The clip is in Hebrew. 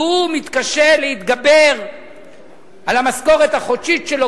והוא מתקשה להתגבר במשכורתו החודשית,